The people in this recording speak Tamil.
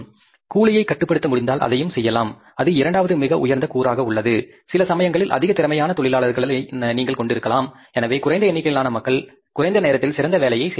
கூலி ஐ கட்டுப்படுத்த முடிந்தால் அதையும் செய்யலாம் அது இரண்டாவது மிக உயர்ந்த கூறாக உள்ளது சில சமயங்களில் அதிக திறமையான தொழிலாளர்களை நீங்கள் கொண்டிருக்கலாம் எனவே குறைந்த எண்ணிக்கையிலான மக்கள் குறைந்த நேரத்தில் சிறந்த வேலையைச் செய்ய முடியும்